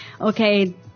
okay